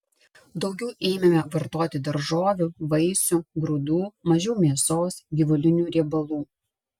daugiau ėmėme vartoti daržovių vaisių grūdų mažiau mėsos gyvulinių riebalų